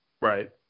Right